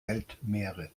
weltmeere